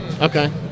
Okay